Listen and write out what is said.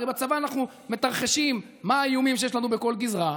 הרי בצבא אנחנו מתרחשים מה האיומים שיש לנו בכל גזרה,